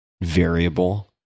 variable